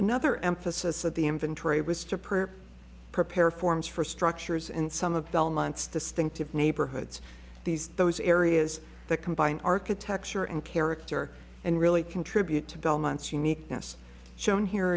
another emphasis of the inventory was to per prepare forms for structures and some of the bell months distinctive neighborhoods these those areas that combine architecture and character and really contribute to belmont's uniqueness shown here